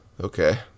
okay